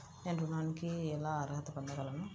నేను ఋణానికి ఎలా అర్హత పొందగలను?